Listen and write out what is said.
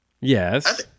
Yes